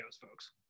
folks